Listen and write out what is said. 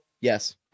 Yes